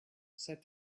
said